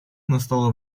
настало